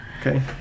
Okay